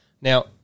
Now